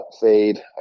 fade